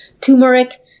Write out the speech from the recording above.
turmeric